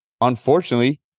unfortunately